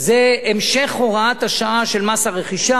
זה המשך הוראת השעה של מס הרכישה.